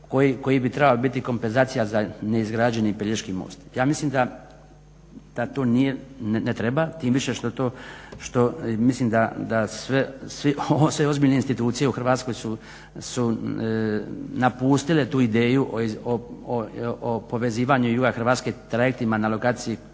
koji bi trebali biti kompenzacija za neizgrađeni Pelješki most. Ja mislim da to ne treba, tim više što mislim da sve ozbiljne institucije u Hrvatskoj su napustile tu ideju o povezivanju juga Hrvatske trajektima na lokaciji